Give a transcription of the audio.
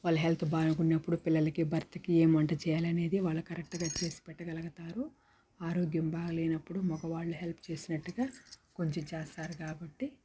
వాళ్ళ హెల్త్ బాగాలేనప్పుడు పిల్లలకి భర్తకి ఏం వంట చేయాలనేది వాళ్ళకి కరెక్ట్గా చేసి పెట్టగలుగుతారు ఆరోగ్యం బాగలేనప్పుడు మగవాళ్ళు హెల్ప్ చేసినట్టుగా కొంచెం చేస్తారు కాబట్టి